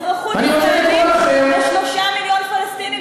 אזרחות ישראלית ל-3 מיליון פלסטינים,